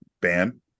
ban